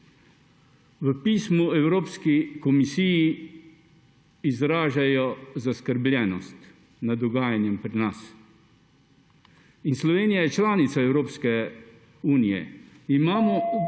v pismu Evropski komisiji izraža zaskrbljenost nad dogajanjem pri nas. Slovenija je članica Evropske unije in kot